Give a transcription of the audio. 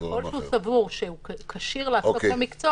ככל שהוא סבור שהוא כשיר לעסוק במקצוע